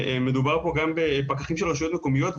מדובר פה גם בפקחים של רשויות מקומיות.